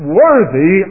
worthy